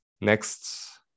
next